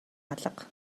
алга